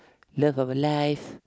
love of life